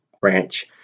branch